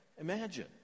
Imagine